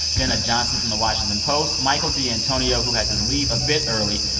jenna johnson from the washington post, michael d'antonio, who had to leave a bit early.